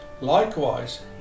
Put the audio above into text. Likewise